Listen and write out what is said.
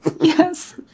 yes